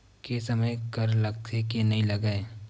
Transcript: के समय कर लगथे के नइ लगय?